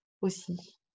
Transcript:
aussi